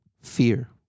fear